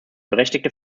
berechtigte